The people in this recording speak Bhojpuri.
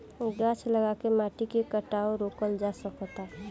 गाछ लगा के माटी के कटाव रोकल जा सकता